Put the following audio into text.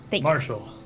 Marshall